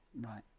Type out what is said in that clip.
Right